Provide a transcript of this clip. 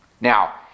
Now